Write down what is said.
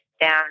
down